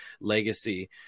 legacy